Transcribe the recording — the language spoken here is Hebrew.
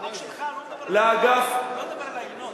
אבל החוק שלך לא מדבר על ההמנון.